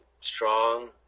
strong